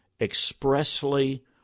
expressly